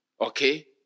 Okay